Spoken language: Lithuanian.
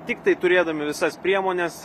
tiktai turėdami visas priemones